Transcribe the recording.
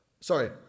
Sorry